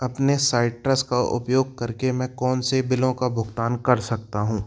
अपने साइट्रस का उपयोग करके मैं कौन से बिलों का भुगतान कर सकता हूँ